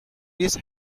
ریز